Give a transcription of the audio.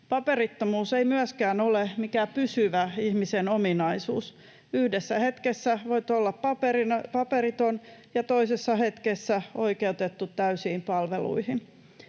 Paperittomuus ei myöskään ole mikään pysyvä ihmisen ominaisuus. Yhdessä hetkessä voit olla paperiton ja toisessa hetkessä oikeutettu täysiin palveluihin.